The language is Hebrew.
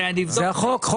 זה החוק.